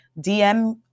DM